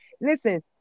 listen